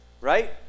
right